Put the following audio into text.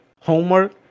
homework